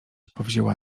powzięła